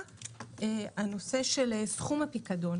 סכום הפיקדון